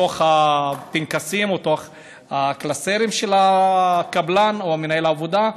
נמצאת בתוך הפנקסים או בתוך הקלסרים של הקבלן או מנהל העבודה,